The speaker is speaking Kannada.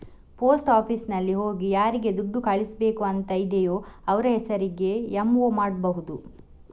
ಪೋಸ್ಟ್ ಆಫೀಸಿನಲ್ಲಿ ಹೋಗಿ ಯಾರಿಗೆ ದುಡ್ಡು ಕಳಿಸ್ಬೇಕು ಅಂತ ಇದೆಯೋ ಅವ್ರ ಹೆಸರಿಗೆ ಎಂ.ಒ ಮಾಡ್ಬಹುದು